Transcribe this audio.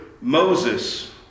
Moses